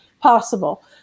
possible